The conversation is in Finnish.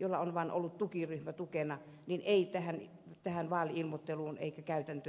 jolla on vain ollut tukiryhmä tukena ei tähän vaali ilmoitteluun eikä käytäntöön tule